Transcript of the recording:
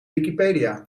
wikipedia